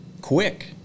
quick